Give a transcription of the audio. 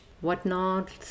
whatnot